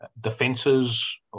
defences